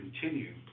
continue